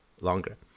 longer